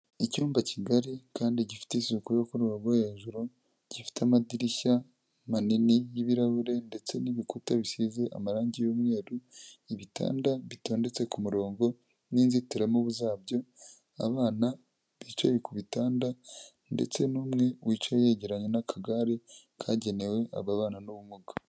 Icyumba kigari kandi gifite isuku yo ku rwego rwo hejuru, gifite amadirishya manini y'ibirahure ndetse n'ibikuta bisize amarange y'umweru, ibitanda bitondetse ku murongo n'inzitiramubu zabyo, abana bicaye ku bitanda ndetse n'umwe wicaye yegeranye n'akagare kagenewe aba bana n'ubumuga.